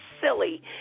silly